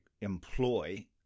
employ